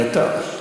בטח.